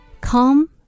Come